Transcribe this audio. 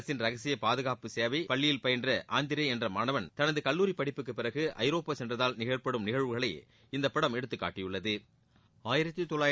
அரசின் ரகசிய பாதுகாப்பு சேவை பள்ளியில் பயின்ற ஆந்திரே என்ற மாணவன் தனது கல்லூரி படிப்புக்குப்பிறகு ஐரோப்பா சென்றதால் ஏற்படும் நிகழ்வுகளை இந்தப்படம் எடுத்துக்காட்டியுள்ளது